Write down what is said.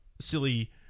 silly